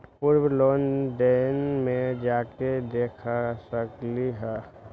पूर्व लेन देन में जाके देखसकली ह?